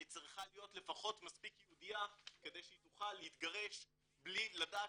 היא צריכה להיות לפחות מספיק יהודייה כדי שהיא תוכל להתגרש בלי לדעת